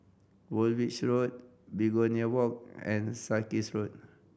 Woolwich Road Begonia Walk and Sarkies Road